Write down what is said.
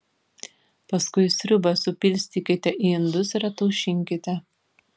paskui sriubą supilstykite į indus ir ataušinkite